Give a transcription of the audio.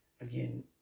again